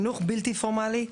חינוך בלתי פורמלי,